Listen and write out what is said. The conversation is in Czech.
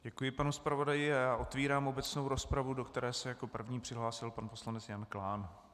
Děkuji panu zpravodaji a otevírám obecnou rozpravu, do které se jako první přihlásil pan poslanec Jan Klán.